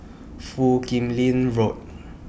Foo Kim Lin Road